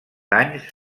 anys